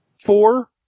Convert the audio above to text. Four